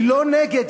היא לא נגד,